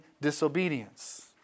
disobedience